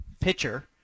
pitcher